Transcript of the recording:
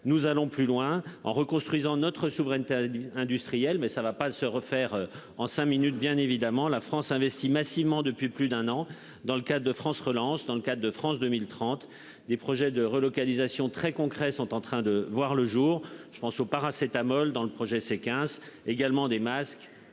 nous allons plus loin en reconstruisant notre souveraineté industrielle mais ça va pas se refaire en cinq minutes, bien évidemment la France investit massivement depuis plus d'un an. Dans le cas de France relance dans le cas de France 2030. Des projets de relocalisation très concrets sont en train de voir le jour. Je pense au paracétamol dans le projet c'est 15 également des masques,